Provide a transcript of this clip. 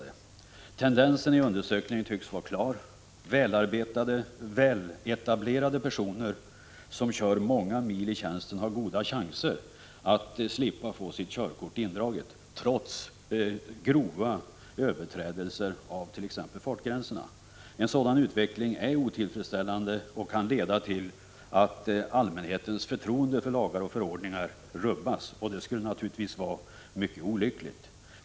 Den tendens som undersökningen visar tycks vara klar: väletablerade personer som kör många mil i tjänsten har goda chanser att slippa få sitt körkort indraget, trots grova överträdelser t.ex. av bestämmelserna om fartgränser. En sådan utveckling är otillfredsställande och kan leda till att allmänhetens förtroende för lagar och förordningar rubbas. Det skulle naturligtvis vara mycket olyckligt.